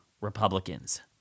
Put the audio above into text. Republicans